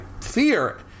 fear